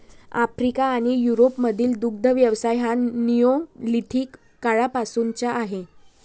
Africa आणि युरोपमधील दुग्ध व्यवसाय हा निओलिथिक काळापासूनचा आहे